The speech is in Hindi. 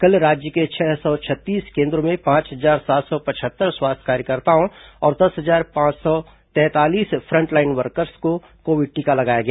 कल राज्य के छह सौ छत्तीस केन्द्रों में पांच हजार सात सौ पचहत्तर स्वास्थ्य कार्यकर्ताओं और दस हजार पांच सौ तैंतालीस फ्रंटलाइन वर्कर्स को कोविड टीका लगाया गया